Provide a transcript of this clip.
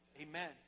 Amen